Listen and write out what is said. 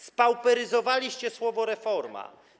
Spauperyzowaliście słowo „reforma”